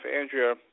Andrea